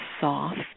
soft